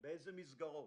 באילו מסגרות,